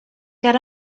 get